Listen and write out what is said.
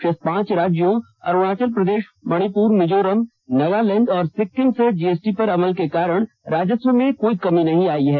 शेष पांच राज्यों अरुणाचल प्रदेश मणिपुर मिजोरम नगालैंड और सिक्किम में जीएसटी पर अमल के कारण राजस्व में कोई कमी नहीं आई है